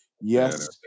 Yes